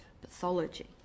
pathology